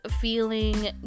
feeling